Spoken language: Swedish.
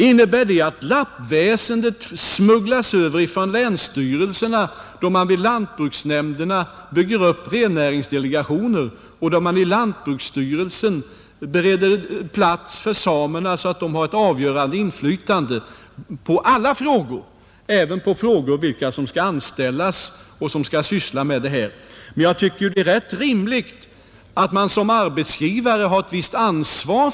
Innebär det att lappväsendet smugglas över från länsstyrelserna när man bygger upp rennäringsdelegationer vid lantbruksnämnderna och då man i lantbruksstyrelsen bereder plats för samerna så att de får ett avgörande inflytande på alla frågor, även på frågor om vilka som skall anställas för att syssla med denna uppgift? Jag tycker emellertid att det är rimligt att man som arbetsgivare visar ett visst ansvar.